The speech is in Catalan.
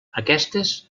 aquestes